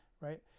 right